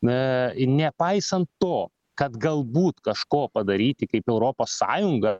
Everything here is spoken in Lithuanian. na nepaisant to kad galbūt kažko padaryti kaip europos sąjunga